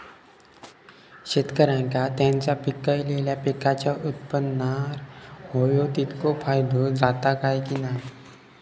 शेतकऱ्यांका त्यांचा पिकयलेल्या पीकांच्या उत्पन्नार होयो तितको फायदो जाता काय की नाय?